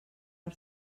per